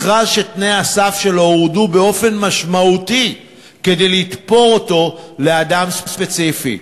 מכרז שתנאי הסף שלו הורדו באופן משמעותי כדי לתפור אותו לאדם ספציפי,